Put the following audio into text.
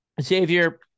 Xavier